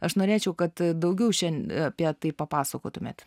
aš norėčiau kad daugiau šiandien apie tai papasakotumėt